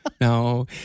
No